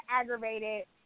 aggravated